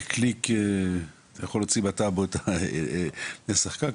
בקליק אתה יכול להוציא באתר נסח קרקע.